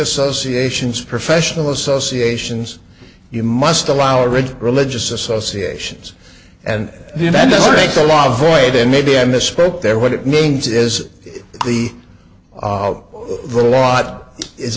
associations professional associations you must allow a rigid religious associations and the law void and maybe i misspoke there what it means is the out the law i